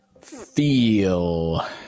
feel